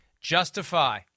Justify